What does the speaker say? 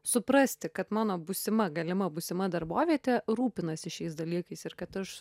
suprasti kad mano būsima galima būsima darbovietė rūpinasi šiais dalykais ir kad aš